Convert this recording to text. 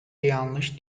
yanlış